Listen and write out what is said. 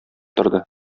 торды